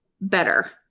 better